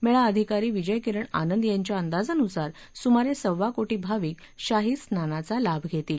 मेळा अधिकारी विजय किरण आनंद यांच्या अंदाजानुसार सुमारे सव्वा कोटी भाविक शाही स्नानाचा लाभ घेतील